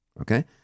Okay